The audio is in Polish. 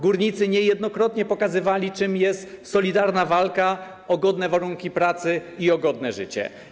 Górnicy niejednokrotnie pokazywali, czym jest solidarna walka o godne warunki pracy i o godne życie.